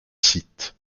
sites